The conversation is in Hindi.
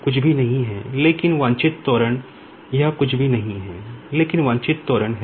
कुछ भी नहीं है लेकिन डिजायर्ड एक्सलेशन है